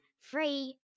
Free